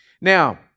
Now